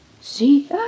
See